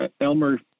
Elmer